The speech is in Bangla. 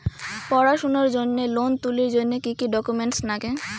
পড়াশুনার জন্যে লোন তুলির জন্যে কি কি ডকুমেন্টস নাগে?